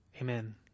Amen